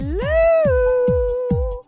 Hello